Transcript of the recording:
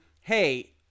hey